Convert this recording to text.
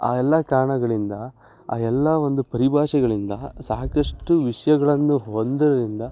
ಆ ಎಲ್ಲ ಕಾರಣಗಳಿಂದ ಆ ಎಲ್ಲ ಒಂದು ಪರಿಭಾಷೆಗಳಿಂದ ಸಾಕಷ್ಟು ವಿಷಯಗಳನ್ನು ಹೊಂದಿರದ್ರಿಂದ